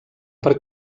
per